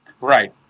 Right